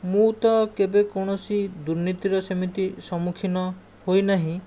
ମୁଁ ତ କେବେ କୌଣସି ଦୁର୍ନୀତିର ସେମିତି ସମ୍ମୁଖୀନ ହୋଇନାହିଁ